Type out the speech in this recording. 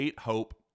Hope